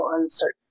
uncertain